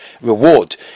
reward